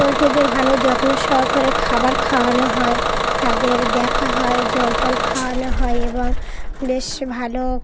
পোলট্রিদের ভালো যত্ন সহকারে খাবার খাওয়ানো হয় তাদের দেখা হয় জল টল খাওয়ানো হয় এবং বেশ ভালো